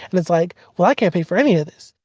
and it's like, well i can't pay for any of this.